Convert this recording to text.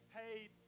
paid